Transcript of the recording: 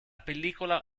pellicola